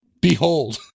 behold